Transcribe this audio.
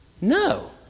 No